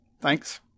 Thanks